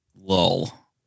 lull